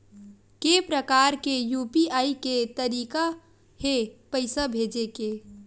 के प्रकार के यू.पी.आई के तरीका हे पईसा भेजे के?